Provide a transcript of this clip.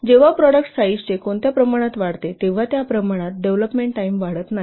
जेव्हा product size प्रमाणात वाढते तेव्हा त्या प्रमाणात डेव्हलोपमेंट टाईम वाढत नाही